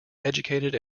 educated